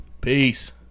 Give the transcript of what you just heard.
Peace